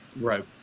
Right